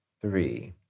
three